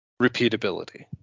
repeatability